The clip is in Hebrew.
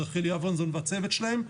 את רחלי אברמזון והצוות שלהם,